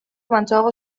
mantsoago